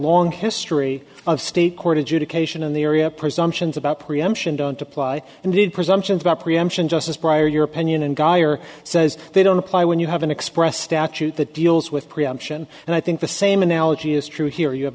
long history of state court adjudication in the area presumptions about preemption don't apply and did presumptions about preemption justice prior your opinion and geier says they don't apply when you have an expressed statute that deals with preemption and i think the same analogy is true here you have